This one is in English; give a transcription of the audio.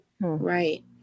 Right